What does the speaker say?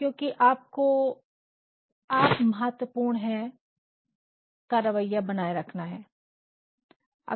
क्योंकि आपको "you attitude " रवैया बनाए रखना है